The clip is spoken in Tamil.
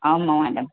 ஆமாம் மேடம்